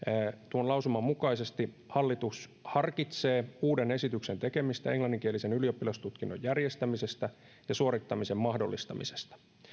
tuon lausuman mukaisesti hallitus harkitsee uuden esityksen tekemistä englanninkielisen ylioppilastutkinnon järjestämisen ja suorittamisen mahdollistamiseksi